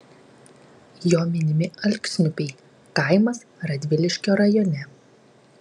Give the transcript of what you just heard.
jo minimi alksniupiai kaimas radviliškio rajone